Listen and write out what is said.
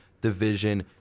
division